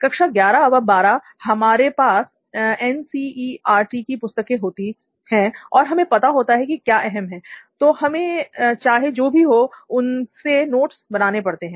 कक्षा 11 व 12 हमारे पास एनसीईआरटी की पुस्तकें होती हैं और हमें पता होता है कि क्या अहम है तो हमें चाहे जो भी हो उसके नोट्स बनाने पड़ते हैं